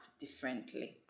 differently